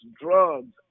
drugs